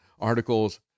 articles